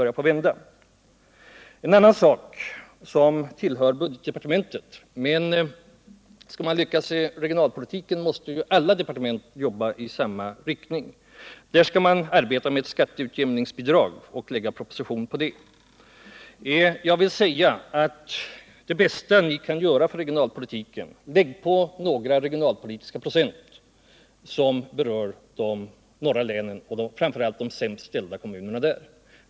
Sedan vill jag ta upp en annan sak som tillhör budgetdepartementet, men skall man lyckas regionalpolitiskt, måste alla departement jobba i samma riktning. Budgetdepartementet skall framlägga en proposition om skatteutjämningsbidrag. Det bästa vi kan göra för regionalpolitiken är att lägga på några regionalpolitiska procent som berör de norra länen och framför allt de sämst ställda kommunerna där.